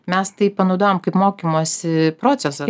mes tai panaudojom kaip mokymosi procesą